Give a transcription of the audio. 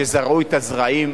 שזרעו את הזרעים